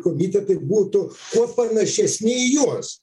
komitetai būtų kuo panašesni į juos